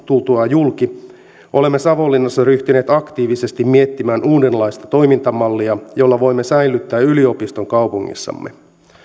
tultua julki olemme savonlinnassa ryhtyneet aktiivisesti miettimään uudenlaista toimintamallia jolla voimme säilyttää yliopiston kaupungissamme